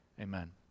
Amen